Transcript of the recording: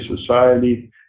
society